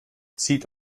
zieht